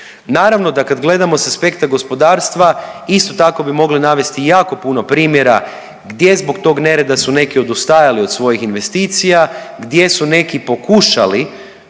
Naravno da kad gledamo s aspekta gospodarstva isto tako bi mogli navesti jako puno primjera gdje zbog toga nereda su neki odustajali od svojih investicija, gdje su neki pokušali